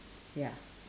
ya